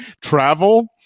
Travel